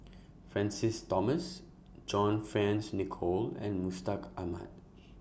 Francis Thomas John Fearns Nicoll and Mustaq Ahmad